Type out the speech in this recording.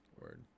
Word